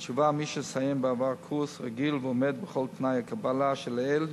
התשובה: מי שסיים בעבר קורס רגיל ועומד בכל תנאי הקבלה שלעיל,